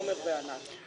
עומר וענת.